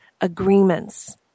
agreements